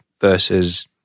versus